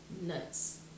nuts